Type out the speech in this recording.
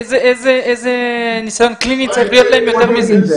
איזה ניסיון קליני צריך להיות להם יותר מזה?